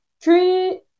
three